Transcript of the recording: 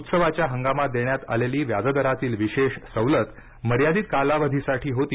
उत्सवाच्या हंगामात देण्यात आलेली व्याज दरातील विशेष सवलत मर्यादित कालावधीसाठी होती